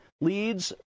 leads